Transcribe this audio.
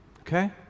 Okay